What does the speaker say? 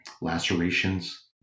lacerations